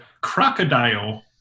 crocodile